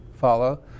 follow